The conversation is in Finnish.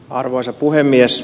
arvoisa puhemies